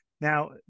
Now